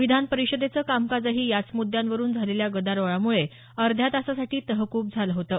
विधान परिषदेचं कामकाजही याच मुद्यांवरुन झालेल्या गदारोळामुळे अर्ध्यातासासाठी तहकूब झालं होतं